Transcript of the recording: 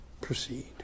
proceed